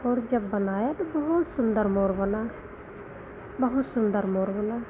और जब बनाया तो बहुत सुन्दर मोर बना बहुत सुन्दर मोर बना